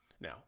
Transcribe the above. Now